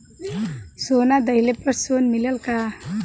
सोना दहिले पर लोन मिलल का?